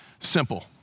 Simple